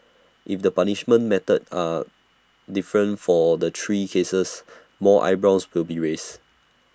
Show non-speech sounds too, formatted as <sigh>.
if the punishments meted are different for the three cases <noise> more eyebrows will be raised